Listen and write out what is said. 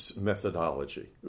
methodology